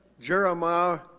Jeremiah